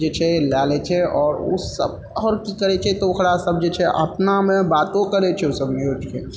जे छै लै ले छै आओर ओ सब आओर की करै छै तऽ ओकरा सब जे छै अपनामे बातो करै छै ओ सब न्यूजके